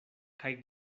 kaj